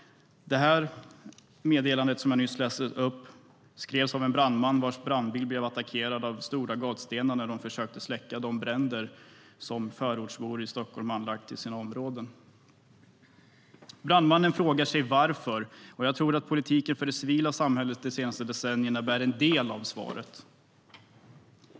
Det meddelande jag nyss läste upp skrevs av en brandman vars brandbil blev attackerad med stora gatstenar när man försökte släcka de bränder förortsbor i Stockholm anlagt i sina områden. Brandmannen frågar sig varför, och jag tror att politiken för det civila samhället de senaste decennierna bär en del av svaret.